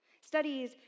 Studies